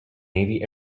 navy